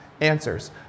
answers